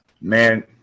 Man